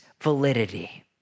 validity